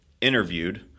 interviewed